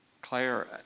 Claire